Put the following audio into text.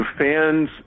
fans